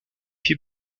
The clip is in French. fit